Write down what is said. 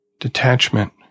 detachment